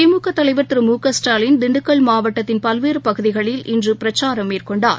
திமுகதலைவர் திரு மு க ஸ்டாலின் திண்டுக்கல் மாவட்டத்தின் பல்வேறுபகுதிகளில் இன்றுபிரச்சாரம் மேற்கொண்டார்